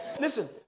Listen